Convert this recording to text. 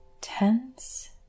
tense